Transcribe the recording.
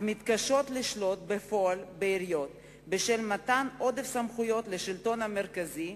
מתקשות לשלוט בפועל בעיריות בשל מתן עודף סמכויות לשלטון המרכזי,